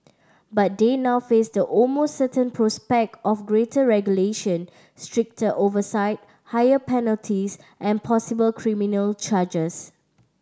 but they now face the almost certain prospect of greater regulation stricter oversight higher penalties and possible criminal charges